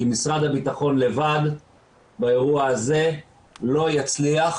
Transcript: כי משרד הביטחון לבד באירוע הזה לא יצליח,